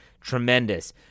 Tremendous